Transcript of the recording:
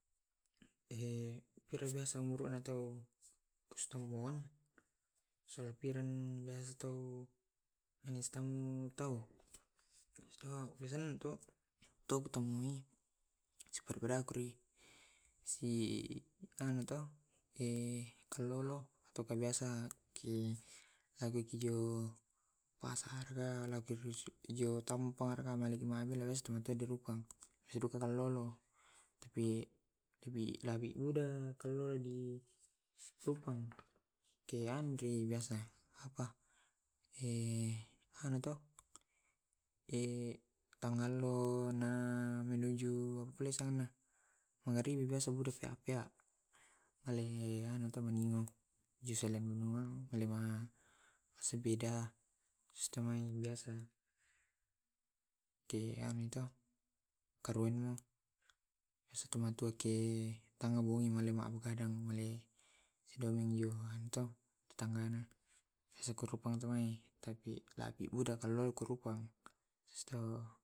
Purai biasa umurun to kasitamuang biasa to tau, abis to ketemui si anu to kelolo atau ka biasa ki kijo pasar ga kijo tampar ka kalolo tapi rupang keanu biasa apa anu to tangallo na menuju apa pule sana mangaribi biasa maleano jusilianno malema sibeda sitemai biasa keangi to karoenmo tanga bongi molle mabo ka begadang male to tetanggana tapi buda kallolo karupang habis too.